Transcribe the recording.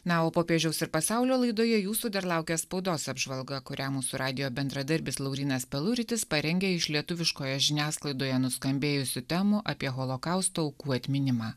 na o popiežiaus ir pasaulio laidoje jūsų dar laukia spaudos apžvalga kurią mūsų radijo bendradarbis laurynas peluritis parengė iš lietuviškoje žiniasklaidoje nuskambėjusių temų apie holokausto aukų atminimą